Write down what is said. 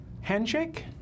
handshake